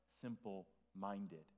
simple-minded